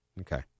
Okay